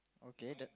okay